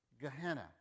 Gehenna